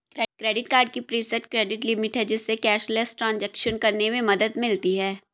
credit card की preset credit limit है, जिससे कैशलेस ट्रांज़ैक्शन करने में मदद मिलती है